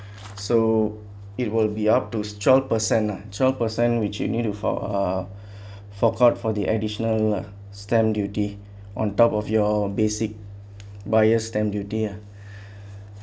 so it will be up to twelve percent ah twelve percent which you need to for uh fork out for the additional stamp duty on top of your basic buyer's stamp duty ah